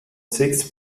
sechs